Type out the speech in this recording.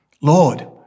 Lord